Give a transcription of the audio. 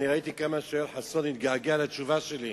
ראיתי כמה שיואל חסון התגעגע לתשובה שלי.